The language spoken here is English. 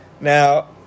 Now